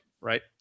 right